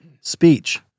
speech